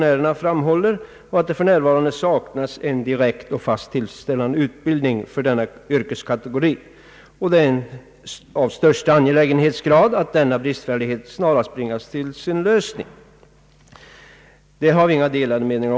Förbundet framhåller att det för närvarande saknas en direkt fast och tillfredsställande utbildning för denna yrkeskategori och att det är av högsta angelägenhetsgrad att denna bristfällighet snarast bringas till sin lösning. På den punkten råder inga delade meningar.